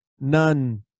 None